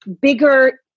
bigger